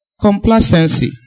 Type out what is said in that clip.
complacency